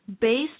based